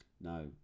No